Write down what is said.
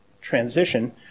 transition